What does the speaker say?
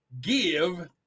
Give